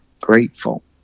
grateful